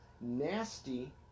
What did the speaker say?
nasty